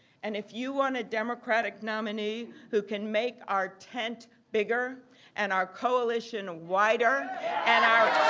and if you want a democratic nominee who can make our tents bigger and our coalition wider and our